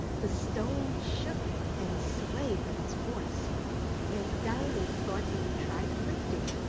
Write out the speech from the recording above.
the stone shook and swayed with its force and diamond thought he would try to lift it.